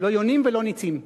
לא יונים ולא נצים.